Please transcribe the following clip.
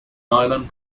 island